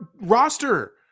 roster